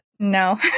No